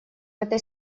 этой